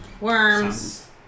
Worms